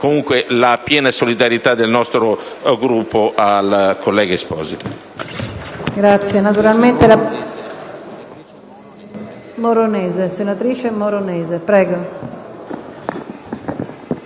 comunque la piena solidarietà del nostro Gruppo al collega Stefano